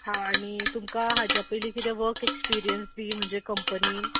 आनी तुमकां हाज्या पयली कितें वर्क एक्सपरियन्स बी म्हणजे कंपनीन